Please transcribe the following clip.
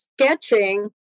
sketching